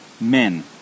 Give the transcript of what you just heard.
men